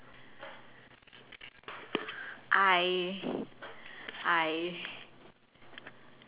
I I